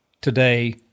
today